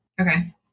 okay